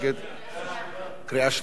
סעיפים 1 3,